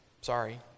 Sorry